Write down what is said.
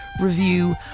review